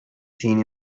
seen